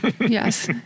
Yes